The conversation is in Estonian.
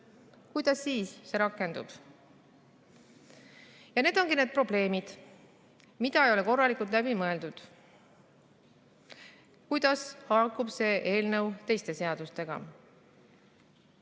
Kuidas see rakendub? Need ongi need probleemid, mida ei ole korralikult läbi mõeldud, kuidas haakub see eelnõu teiste seadustega. Oluline